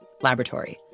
laboratory